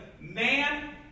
man